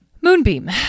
Moonbeam